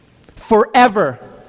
Forever